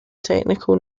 technical